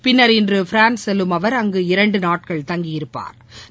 பின்னா் இன்று பிரான்ஸ் செல்லும் அவா் அங்கு இரண்டு நாட்கள் தங்கியிருப்பாா்